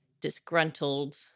disgruntled